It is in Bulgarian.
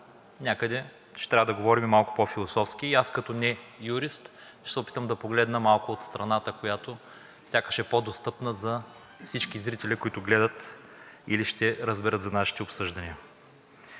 някъде ще трябва да говорим малко по-философски. И аз като не-юрист ще се опитам да погледна малко от страната, която сякаш е по-достъпна за всички зрители, които гледат или ще разберат за нашите обсъждания.